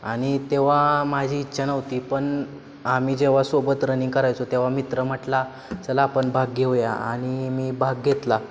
आणि तेव्हा माझी इच्छा नव्हती पण आम्ही जेव्हा सोबत रनिंग करायचो तेव्हा मित्र म्हटला चला आपण भाग घेऊया आणि मी भाग घेतला